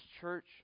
church